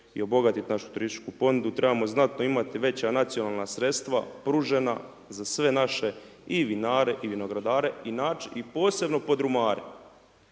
i obogatiti našu turističku ponudu, trebamo znati da imate veća nacionalna sredstva pružena za sve naše i vinare i vinogradare i posebno podrumare.